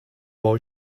boy